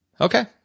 Okay